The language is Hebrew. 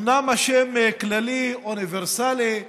אומנם השם כללי, אוניברסלי,